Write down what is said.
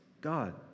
God